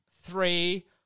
three